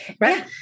Right